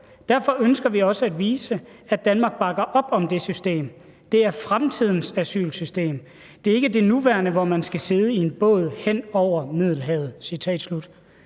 Derfor ønsker vi også at vise, at Danmark bakker op om det system. Det er fremtidens asylsystem. Det er ikke det nuværende, hvor man skal sidde i en båd hen over Middelhavet.«